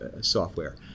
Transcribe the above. software